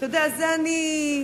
אתה יודע, זה אני,